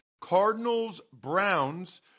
Cardinals-Browns